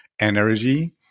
energy